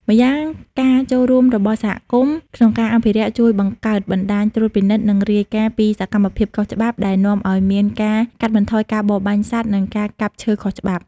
ម្យ៉ាងការចូលរួមរបស់សហគមន៍ក្នុងការអភិរក្សជួយបង្កើតបណ្តាញត្រួតពិនិត្យ និងរាយការណ៍ពីសកម្មភាពខុសច្បាប់ ដែលនាំឱ្យមានការកាត់បន្ថយការបរបាញ់សត្វ និងការកាប់ឈើខុសច្បាប់។